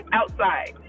outside